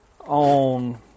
on